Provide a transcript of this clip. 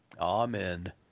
Amen